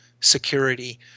security